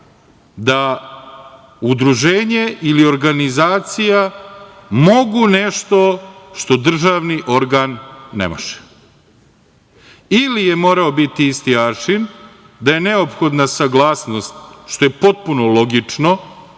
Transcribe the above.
da udruženje ili organizacija mogu nešto što državni organ ne može. Ili je morao biti isti aršin, da je neophodna saglasnost što je potpuno logično